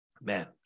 Man